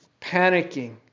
panicking